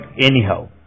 anyhow